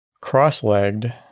cross-legged